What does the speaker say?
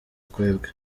twebwe